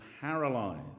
paralyzed